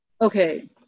Okay